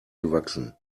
gewachsen